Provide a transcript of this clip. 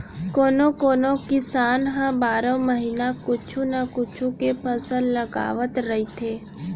कोनो कोनो किसान ह बारो महिना कुछू न कुछू के फसल लगावत रहिथे